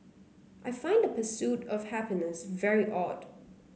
I find the pursuit of happiness very odd